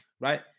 Right